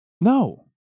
no